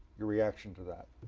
your reaction to that.